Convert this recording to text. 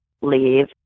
leave